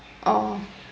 orh